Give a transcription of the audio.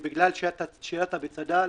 "בגלל ששירת בצד"ל